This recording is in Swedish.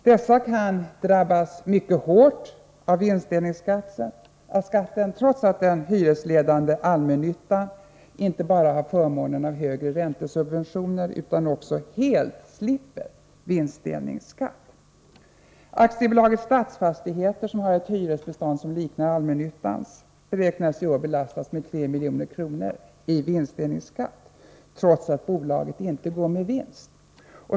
Dessa kan drabbas mycket hårt av vinstdelningsskatten, trots att den hyresledande allmännyttan inte bara har förmånen av högre räntesubventioner utan också helt slipper vinstdelningsskatt. AB Stadsfastigheter, som har ett hyresbestånd som liknar allmännyttans, beräknas i år belastas med 3 milj.kr. i vinstdelningsskatt, trots att bolaget inte går med vinst.